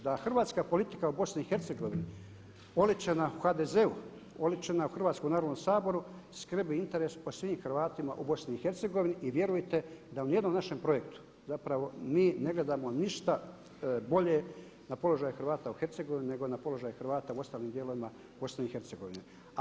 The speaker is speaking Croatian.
Da hrvatska politika u BiH oličena u HDZ-a, oličena u Hrvatskom narodnom saboru skrbi interes o svim Hrvatima u BiH vjerujte da u niti jednom našem projektu zapravo mi ne gledamo ništa bolje na položaj Hrvata u Hercegovini nego na položaj Hrvata u ostalim dijelovima BiH-a.